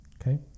okay